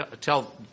tell